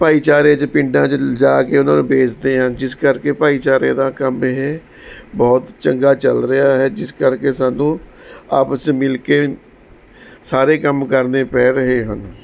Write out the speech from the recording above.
ਭਾਈਚਾਰੇ 'ਚ ਪਿੰਡਾਂ 'ਚ ਲਿਜਾ ਕੇ ਉਹਨਾਂ ਨੂੰ ਵੇਚਦੇ ਹਨ ਜਿਸ ਕਰਕੇ ਭਾਈਚਾਰੇ ਦਾ ਕੰਮ ਇਹ ਬਹੁਤ ਚੰਗਾ ਚੱਲ ਰਿਹਾ ਹੈ ਜਿਸ ਕਰਕੇ ਸਾਨੂੰ ਆਪਸ 'ਚ ਮਿਲ ਕੇ ਸਾਰੇ ਕੰਮ ਕਰਨੇ ਪੈ ਰਹੇ ਹਨ